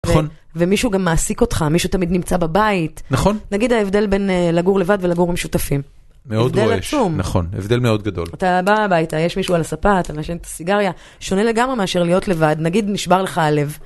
ומישהו גם מעסיק אותך, מישהו תמיד נמצא בבית, נגיד ההבדל בין לגור לבד ולגור עם שותפים, מאוד רועש, הבדל עצום, הבדל מאוד גדול. אתה בא הביתה, יש מישהו על הספה, אתה מעשן את הסיגריה, שונה לגמרי מאשר להיות לבד, נגיד נשבר לך הלב.